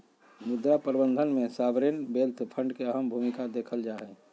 मुद्रा प्रबन्धन में सॉवरेन वेल्थ फंड के अहम भूमिका देखल जाहई